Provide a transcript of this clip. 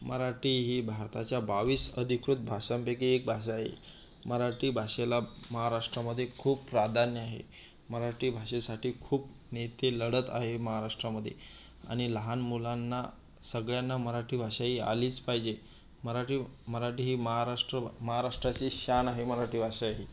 मराठी ही भारताच्या बावीस अधिकृत भाषांपैकी एक भाषा आहे मराठी भाषेला महाराष्ट्रामध्ये खूप प्राधान्य आहे मराठी भाषेसाठी खूप नेते लढत आहे महाराष्ट्रामध्ये आणि लहान मुलांना सगळ्यांना मराठी भाषा ही आलीच पाहिजे मराठी मराठी ही महाराष्ट्र महाराष्ट्राची शान आहे मराठी भाषा ही